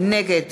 נגד